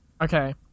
Okay